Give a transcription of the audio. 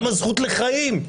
גם הזכות לחיים,